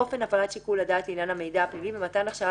אופן הפעלת שיקול הדעת לעניין המידע הפלילי ומתן הכשרה